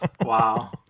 wow